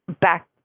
Back